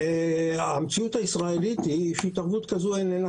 המציאות הישראלית היא שהתערבות כזו איננה